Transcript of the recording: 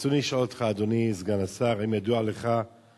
רצוני לשאול: 1. האם